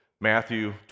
Matthew